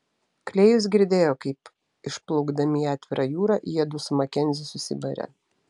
klėjus girdėjo kaip išplaukdami į atvirą jūrą jiedu su makenziu susibarė